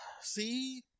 See